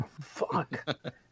Fuck